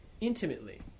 intimately